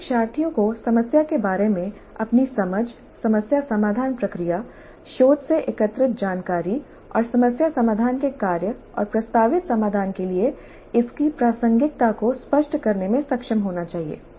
सभी शिक्षार्थियों को समस्या के बारे में अपनी समझ समस्या समाधान प्रक्रिया शोध से एकत्रित जानकारी और समस्या समाधान के कार्य और प्रस्तावित समाधान के लिए इसकी प्रासंगिकता को स्पष्ट करने में सक्षम होना चाहिए